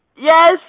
Yes